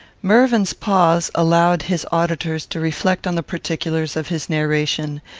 mervyn's pause allowed his auditors to reflect on the particulars of his narration,